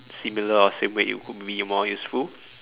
similar or same weight it could be more useful